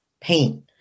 paint